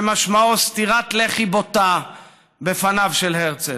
משמעו סטירת לחי בוטה בפניו של הרצל.